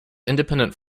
independent